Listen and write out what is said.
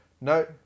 No